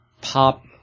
pop